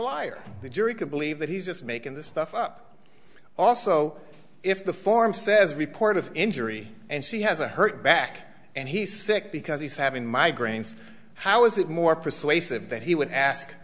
liar the jury could believe that he's just making this stuff up also if the form says report of injury and she has a hurt back and he sick because he's having migraines how is it more persuasive that he would ask